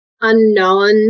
unknown